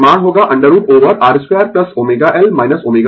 परिमाण होगा √ over R 2ω L ω c2